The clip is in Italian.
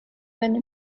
venne